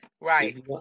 right